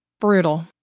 Brutal